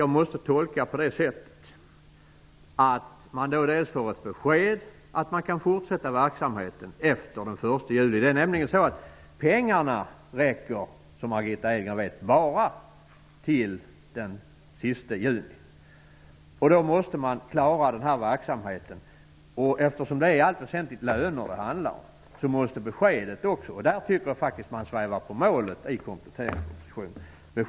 Jag måste tolka det så att man i god tid får ett besked att man kan fortsätta verksamheten efter den 1 juli. Det är nämligen så att pengarna räcker, som Margitta Edgren vet, bara till den sista juni. Eftersom kostnaderna i allt väsentligt är löner så måste beskedet vara att verksamheten kan fortsätta i samma omfattning som tidigare.